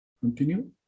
Continue